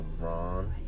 LeBron